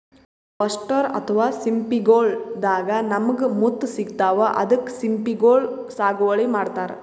oyster ಅಥವಾ ಸಿಂಪಿಗೊಳ್ ದಾಗಾ ನಮ್ಗ್ ಮುತ್ತ್ ಸಿಗ್ತಾವ್ ಅದಕ್ಕ್ ಸಿಂಪಿಗೊಳ್ ಸಾಗುವಳಿ ಮಾಡತರ್